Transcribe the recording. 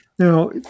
Now